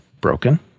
broken